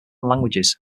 languages